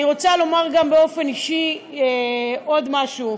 אני רוצה לומר באופן אישי עוד משהו.